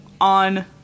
on